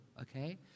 Okay